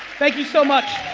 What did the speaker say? thank you so much.